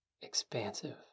expansive